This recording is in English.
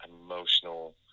emotional